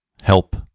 Help